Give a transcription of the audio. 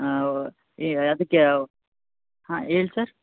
ಹಾಂ ಒ ಈ ಅದಕ್ಕೇ ಹಾಂ ಹೇಳಿ ಸರ್